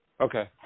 Okay